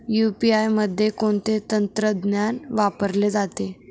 UPI मध्ये कोणते तंत्रज्ञान वापरले जाते?